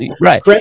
right